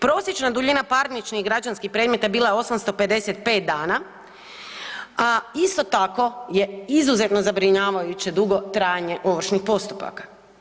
Prosječna duljina parničnih i građanskih predmeta bila je 855 dana, a isto tako je izuzetno zabrinjavajuće dugo trajanje ovršnih postupaka.